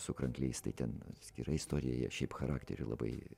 su krankliais tai ten atskira istorija jie šiaip charakteriu labai